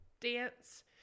dance